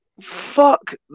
fuck